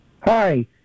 Hi